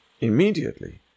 Immediately